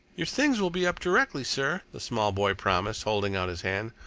your things will be up directly, sir, the small boy promised, holding out his hand.